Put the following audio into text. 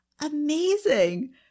amazing